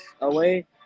away